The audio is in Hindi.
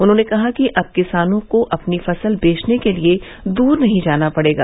उन्होंने कहा कि अब किसानों को अपनी फसल बेचने के लिए दूर नहीं जाना पड़ेगा